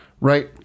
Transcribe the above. Right